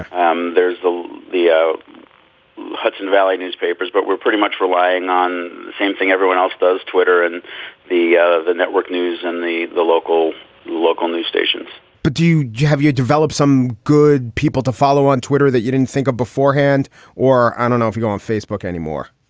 um there's the the ah hudson valley newspapers, but we're pretty much relying on the same thing everyone else does twitter and the ah the network news and the the local local news stations but do you have you develop some good people to follow on twitter that you didn't think of beforehand or i don't know if you go on facebook anymore,